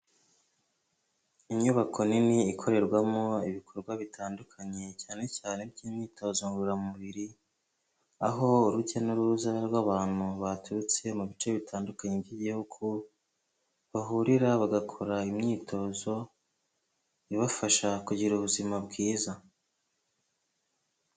Inyubako nini ikorerwamo ibikorwa bitandukanye cyane cyane by'imyitozo ngororamubiri, aho uruke n'uruza rw'abantu baturutse mu bice bitandukanye by'igihugu, bahurira bagakora imyitozo ibafasha kugira ubuzima bwiza.